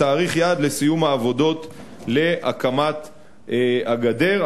כתאריך יעד לסיום העבודות להקמת הגדר.